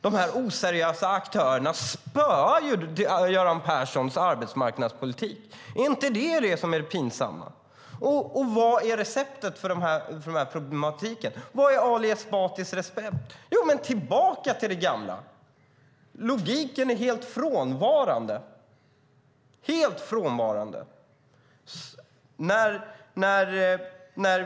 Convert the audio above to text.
De oseriösa aktörerna spöar Göran Perssons arbetsmarknadspolitik. Är inte detta det pinsamma? Vad är receptet för problematiken? Var är Ali Esbatis recept? Det är att gå tillbaka till det gamla. Logiken är helt frånvarande.